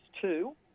two